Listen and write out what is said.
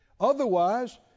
otherwise